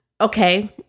okay